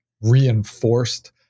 reinforced